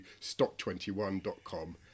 stock21.com